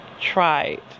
tried